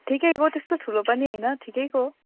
ठिकैको त्यस्तो ठुलो पनि होइन ठिकैको